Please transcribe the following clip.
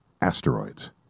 asteroids